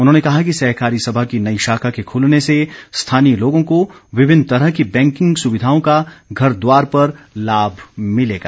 उन्होंने कहा कि सहकारी सभा की नई शाखा के खुलने से स्थानीय लोगों को विभिन्न तरह की बैंकिंग सुविधाओं का घरद्वार पर लाभ मिलेगा